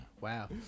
Wow